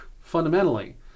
fundamentally